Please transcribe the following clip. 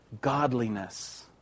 Godliness